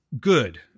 Good